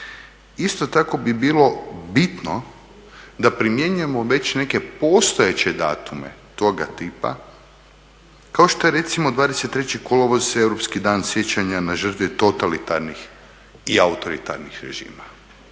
Isto tako bi bilo bitno da primjenjujemo već neke postojeće datume toga tipa kao što je recimo 23.kolovoz Europski dan sjećanja na žrtve totalitarnih i autoritarnih režima.